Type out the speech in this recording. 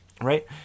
right